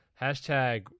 Hashtag